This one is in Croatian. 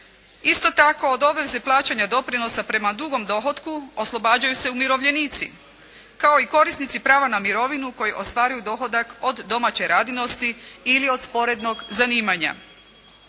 Isto tako od obveze plaćanja doprinosa prema dugom dohotku oslobađaju se umirovljenici, kao i korisnici prava na mirovinu koji ostvaruju dohodak od domaće radinosti ili od sporednog zanimanja.